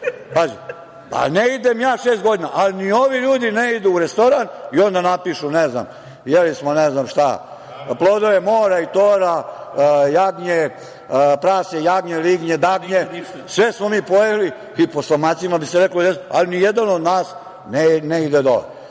ne idem ja šest godina, a ni ovi ljudi ne idu u restoran. Onda napišu, jeli smo, ne znam šta…plodove mora, i tora, jagnje, prase, lignje, dagnje, sve smo mi pojeli i po stomacima bi se reklo, ali nijedan od nas ne ide